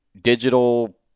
digital